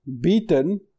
beaten